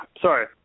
sorry